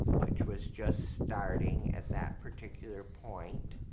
which was just starting at that particular point,